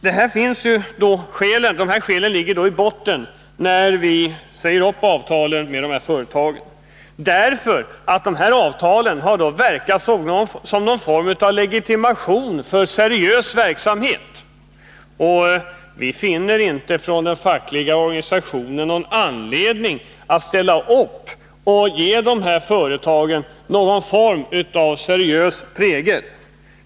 Det är de här skälen som ligger i botten när vi säger upp avtalen med de aktuella företagen. Dessa avtal har nämligen då givit någon form av legitimation för det seriösa i verksamheten. Vi finner inte från den fackliga organisationen någon anledning att bidra till att ge intrycket att dessa företag har en seriös prägel.